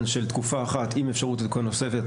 של תקופה אחת עם אפשרות לתקופה נוספת,